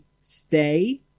stay